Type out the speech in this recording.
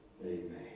Amen